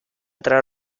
tra